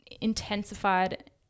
intensified